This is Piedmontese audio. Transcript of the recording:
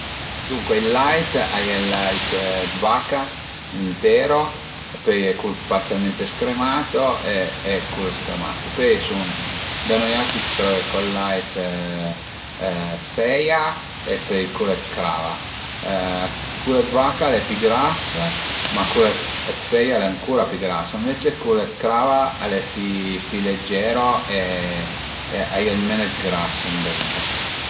Duncue ël lait a ie ël lait d'vaca ëntero, pöi a ie cul parzialmente scremato e cul scremato, pöi a i sun, da nui auti tröve co ël lait dë feia e põi cul dë crava. Cul d'vaca al e pi gras, ma cul d'feia al e ancura pi gras, ëncece cul d'crava al e pi pi leggero e a ie menu dë gras ëndrinta